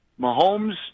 Mahomes